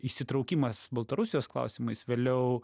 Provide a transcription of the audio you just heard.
įsitraukimas baltarusijos klausimais vėliau